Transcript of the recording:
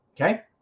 okay